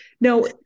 No